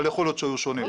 אבל יכול להיות שהיו שונים.